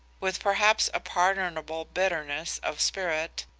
with perhaps a pardonable bitterness of spirit,